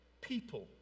people